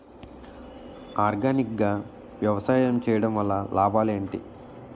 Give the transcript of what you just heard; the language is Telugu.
ఆర్గానిక్ గా వ్యవసాయం చేయడం వల్ల లాభాలు ఏంటి?